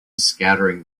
scattering